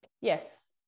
Yes